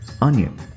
onion